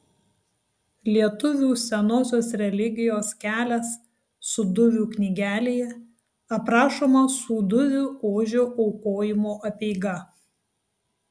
lietuvių senosios religijos kelias sūduvių knygelėje aprašoma sūduvių ožio aukojimo apeiga